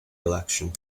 election